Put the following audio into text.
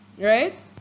right